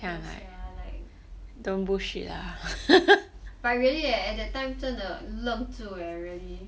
ya sia like don't bullshit lah but really leh at that time 真的 leng 住 eh really